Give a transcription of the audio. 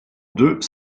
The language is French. deux